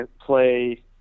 play